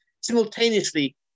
simultaneously